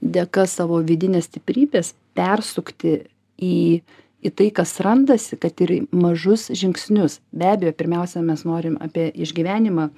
dėka savo vidines stiprybės persukti į į tai kas randasi kad ir į mažus žingsnius be abejo pirmiausia mes norim apie išgyvenimą